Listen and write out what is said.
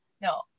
No